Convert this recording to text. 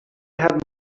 had